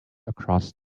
across